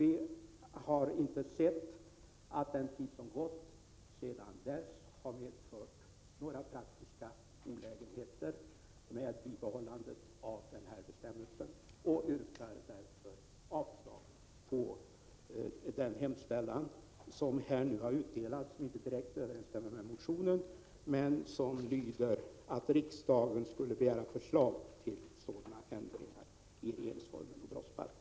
Vi har inte sett att bibehållandet av denna bestämmelse har medfört några praktiska olägenheter under den tid som gått sedan dess. Jag yrkar därför avslag på det särskilda yrkande som har utdelats, som inte direkt överensstämmer med motionen men där det hemställs att riksdagen skall begära förslag till ändringar i regeringsformen och brottsbalken.